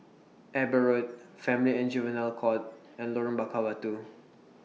Eber Road Family and Juvenile Court and Lorong Bakar Batu